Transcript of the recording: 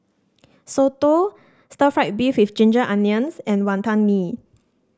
Soto Stir Fried Beef with Ginger Onions and Wonton Mee